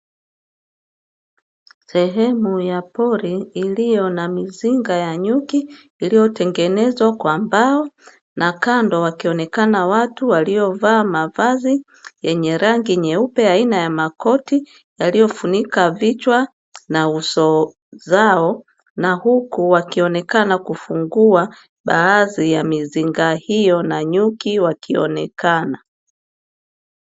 Sehemu ya pori iliyo na mizinga ya nyuki, iliyotengenezwa kwa mbao, na kando wakaonekana watu waliovaa mavazi yenye rangi nyeupe, aina ya makoti yaliyofunika vichwa na uso zao. Na huku wakionekana wakifungua baadhi ya mizinga hiyo, na nyuki pia wakaonekana.